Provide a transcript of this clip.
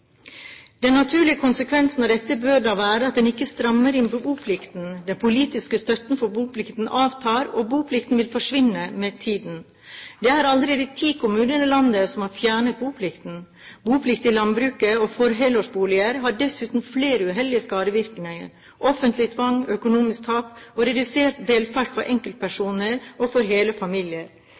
Den naturlige konsekvensen av dette bør være at en ikke strammer inn på boplikten. Den politiske støtten for boplikten avtar, og boplikten vil med tiden forsvinne. Det er allerede ti kommuner i landet som har fjernet boplikten. Boplikt i landbruket og for helårsboliger har dessuten flere uheldige sidevirkninger – offentlig tvang, økonomisk tap og redusert velferd for enkeltpersoner og for hele familier.